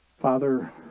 Father